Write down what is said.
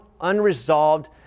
unresolved